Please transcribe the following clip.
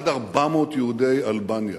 עד 400 יהודי אלבניה.